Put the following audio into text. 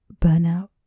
burnout